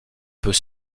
peut